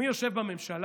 ומי יושב בממשלה?